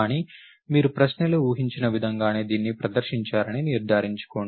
కానీ మీరు ప్రశ్నలో ఊహించిన విధంగానే దీన్ని ప్రదర్శించారని నిర్ధారించుకోండి